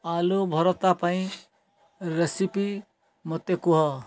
ଆଲୁ ଭରତା ପାଇଁ ରେସିପି ମୋତେ କୁହ